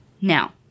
Now